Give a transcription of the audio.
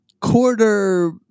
quarter